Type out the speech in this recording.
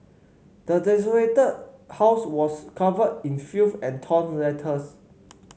the desolated house was covered in filth and torn letters